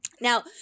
Now